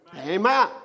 amen